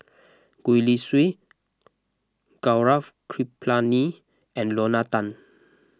Gwee Li Sui Gaurav Kripalani and Lorna Tan